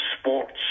sports